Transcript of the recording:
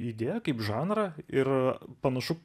idėją kaip žanrą ir panašu